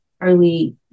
early